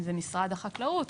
אם זה משרד החקלאות,